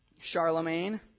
Charlemagne